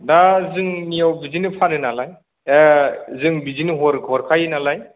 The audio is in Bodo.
दा जोंनियाव बिदिनो फानो नालाय ए जों बिदिनो हरखायो नालाय